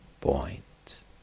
point